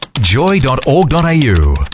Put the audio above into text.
joy.org.au